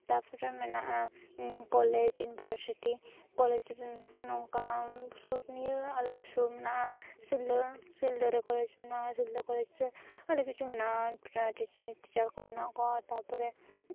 ᱛᱟᱨᱯᱚᱨᱮ ᱢᱮᱱᱟᱜᱼᱟ college university college ᱨᱮᱱ ᱱᱚᱝᱠᱟᱱ ᱥᱚᱵ ᱱᱤᱭᱟᱹ ᱟᱞᱮᱭᱟᱜ ᱥᱚᱵ ᱢᱮᱱᱟᱜᱼᱟ ᱥᱤᱞᱫᱟᱹ ᱥᱤᱞᱫᱟᱹ ᱨᱮ ᱠᱚᱞᱮᱡᱽ ᱢᱮᱱᱟᱜᱼᱟ ᱥᱤᱞᱫᱟᱹ ᱠᱚᱞᱮᱡᱽ ᱨᱮ ᱟᱹᱰᱤ ᱠᱤᱪᱷᱩ ᱢᱮᱱᱟᱜᱼᱟ ᱯᱮᱨᱟ ᱴᱤᱪᱟᱨ ᱠᱚ ᱢᱮᱱᱟᱜ ᱠᱚᱣᱟ ᱛᱟᱨᱯᱚᱨᱮ